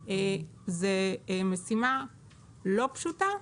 זו משימה לא פשוטה,